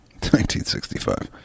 1965